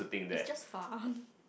it's just far